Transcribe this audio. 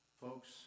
folks